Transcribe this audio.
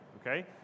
Okay